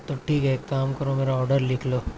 تو ٹھیک ہے ایک کام کرو میرا آڈر لکھ لو